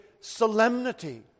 solemnity